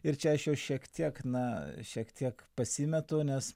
ir čia aš jau šiek tiek na šiek tiek pasimetu nes